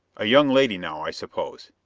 a young lady now, i suppose.